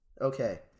Okay